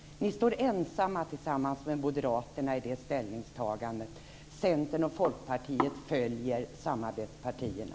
Ni står ensamma med Moderaterna i det ställningstagandet. Centern och Folkpartiet följer samarbetspartierna.